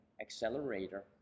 accelerator